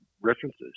references